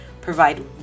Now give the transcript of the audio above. provide